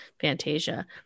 Fantasia